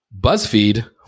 BuzzFeed